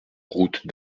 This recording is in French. route